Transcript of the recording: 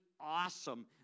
awesome